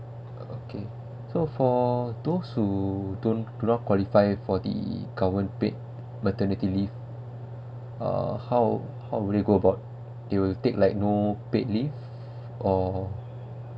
okay so for those who don't not qualify for the government paid maternity leave uh how how will it go about they will take like no paid leave or